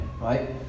right